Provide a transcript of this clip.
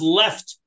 left